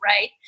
Right